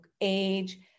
age